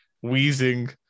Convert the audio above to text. wheezing